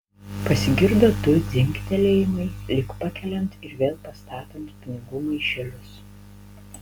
pasigirdo du dzingtelėjimai lyg pakeliant ir vėl pastatant pinigų maišelius